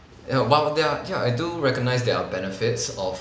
ya while there're ya I do recognise there are benefits of